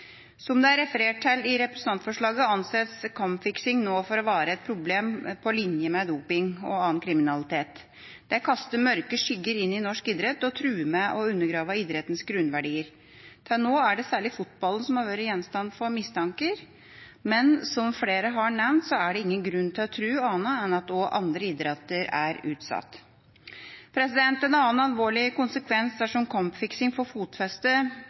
Som det er referert til i representantforslaget, anses kampfiksing nå for å være et problem på linje med doping og annen kriminalitet. Det kaster mørke skygger inn i norsk idrett og truer med å undergrave idrettens grunnverdier. Til nå er det særlig fotballen som har vært gjenstand for mistanker, men som flere har nevnt, er det ingen grunn til å tro annet enn at også andre idretter er utsatt. En annen alvorlig konsekvens dersom kampfiksing får fotfeste,